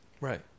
Right